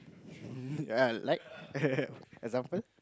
err like example